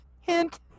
Hint